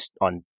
on